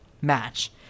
match